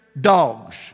dogs